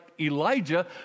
Elijah